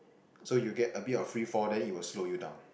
so you get a bit of free fall then it will slow you down